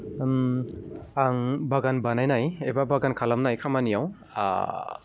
आं बागान बानायनाय एबा बागान खालामनाय खामानियाव